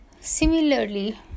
Similarly